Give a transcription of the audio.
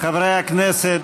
חברי הכנסת,